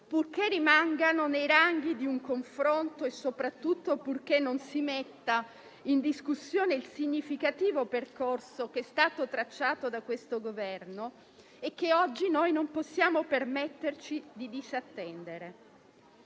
purché rimangano nei ranghi di un confronto e soprattutto purché non si metta in discussione il significativo percorso che è stato tracciato da questo Governo e che oggi noi non possiamo permetterci di disattendere.